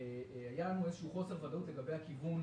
היה לנו איזה שהוא חוסר לגבי הכיוון